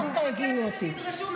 ואגיד איך הם